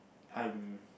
I'm